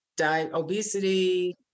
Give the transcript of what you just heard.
obesity